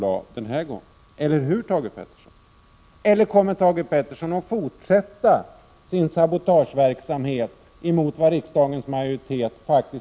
Eller kommer Thage Peterson också i nästa års budget att fortsätta med sin sabotageverksamhet mot de beslut som riksdagens majoritet fattar?